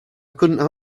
couldn’t